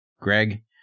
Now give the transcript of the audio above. Greg